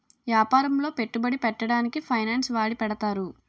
యాపారములో పెట్టుబడి పెట్టడానికి ఫైనాన్స్ వాడి పెడతారు